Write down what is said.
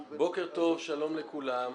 בוקר טוב, שלום לכולם.